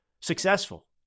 successful